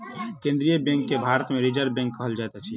केन्द्रीय बैंक के भारत मे रिजर्व बैंक कहल जाइत अछि